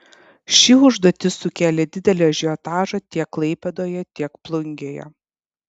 ši užduotis sukėlė didelį ažiotažą tiek klaipėdoje tiek plungėje